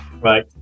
Right